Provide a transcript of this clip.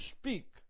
speak